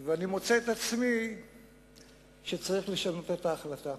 ואני מוצא שצריך לשנות את ההחלטה.